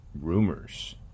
rumors